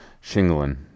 shingling